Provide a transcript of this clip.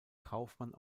kaufmann